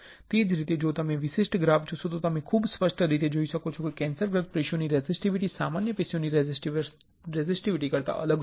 અને તે જ રીતે જો તમે આ વિશિષ્ટ ગ્રાફ જોશો તો તમે ખૂબ સ્પષ્ટ રીતે જોઈ શકો છો કે કેન્સરગ્રસ્ત પેશીઓની રેઝિસ્ટિવીટી સામાન્ય પેશીઓની રેઝિસ્ટિવીટી કરતા અલગ છે